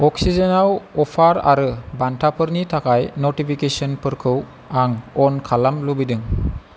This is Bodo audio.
अक्सिजेनआव अफार आरो बान्थाफोरनि थाखाय नटिफिकेसनफोरखौ आं अन खालामनो लुबैदों